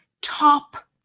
top